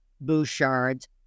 Bouchard's